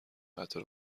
قطع